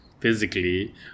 physically